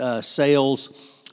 sales